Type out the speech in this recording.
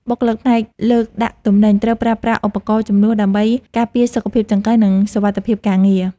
បុគ្គលិកផ្នែកលើកដាក់ទំនិញត្រូវប្រើប្រាស់ឧបករណ៍ជំនួយដើម្បីការពារសុខភាពចង្កេះ និងសុវត្ថិភាពការងារ។